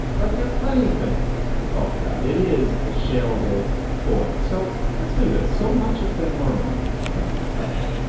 but there are plenty of things to talk about. it is a shareable toy. so let's do this. so much has been learned about this topic.